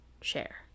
share